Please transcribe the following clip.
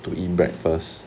to eat breakfast